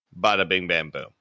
bada-bing-bam-boom